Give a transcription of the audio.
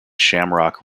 shamrock